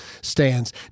stands